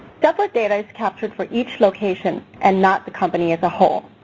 separate data is captured for each location and not the company as a whole.